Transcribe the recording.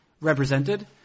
represented